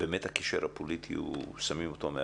מבין באמת שאת הקשר הפוליטי שמים מאחור.